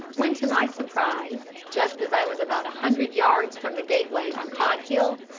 when to my surprise, just as i was about a hundred yards from the gateway on cod hill,